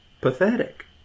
pathetic